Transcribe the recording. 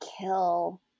kill